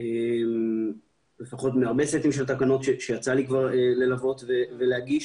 יותר מהרבה סטים של תקנות שיצא לי ללוות ולהגיש,